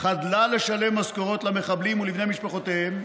חדלה לשלם משכורות למחבלים ולבני משפחותיהם,